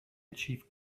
achieve